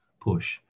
push